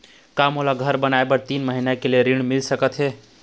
का मोला घर बनाए बर तीन महीना के लिए ऋण मिल सकत हे?